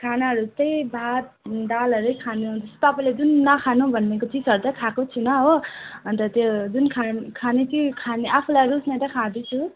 खानाहरू चाहिँ भात दालहरूई खानु तपाईँले जुन नखानु भनेको चिजहरू चाहिँ खाएको छुइनँ हो अन्त त्यो जुन खा खाने चाहिँ खाने आफूलाई रुच्ने चाहिँ खाँदैछु